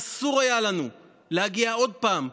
אסור היה לנו להגיע עוד פעם לאיבה,